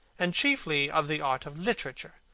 and chiefly of the art of literature,